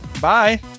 bye